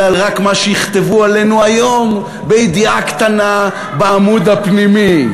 אלא רק על מה שיכתבו עלינו היום בידיעה קטנה בעמוד הפנימי?